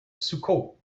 sukkot